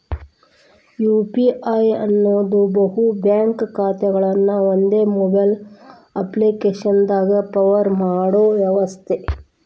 UPI ಅನ್ನೋದ್ ಬಹು bank ಖಾತೆಗಳನ್ನ ಒಂದೇ ಮೊಬೈಲ್ ಅಪ್ಪ್ಲಿಕೆಶನ್ಯಾಗ ಪವರ್ ಮಾಡೋ ವ್ಯವಸ್ಥೆ